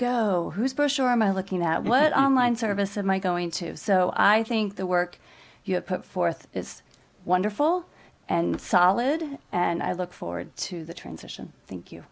go who's bush or am i looking at what on line services my going to have so i think the work you have put forth is wonderful and solid and i look forward to the transition thank you